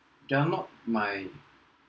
they are not my